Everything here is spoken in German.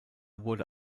wurde